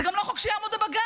זה גם לא חוק שיעמוד בבג"ץ.